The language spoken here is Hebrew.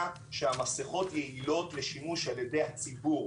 שהמסיכות יעלות לשימוש על ידי הציבור,